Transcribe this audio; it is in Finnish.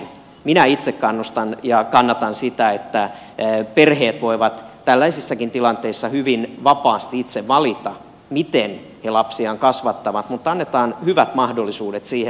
minä itse kannustan ja kannatan sitä että perheet voivat tällaisissakin tilanteissa hyvin vapaasti itse valita miten he lapsiaan kasvattavat mutta annetaan hyvät mahdollisuudet siihen